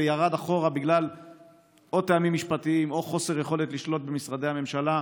וירד אחורה בגלל טעמים משפטיים או חוסר יכולת לשלוט במשרדי הממשלה.